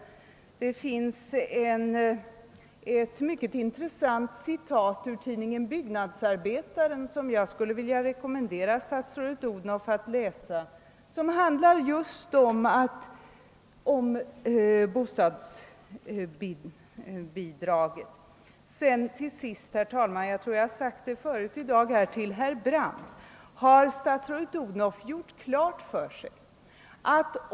I tidningen Byggnadsarbetaren finns en mycket intressant artikel som handlar just om barnbidragen och som jag vill rekommendera statsrådet Odhnoff att läsa. Till sist, herr talman, vill jag framställa samma fråga som jag förut i dag har ställt till herr Brandt.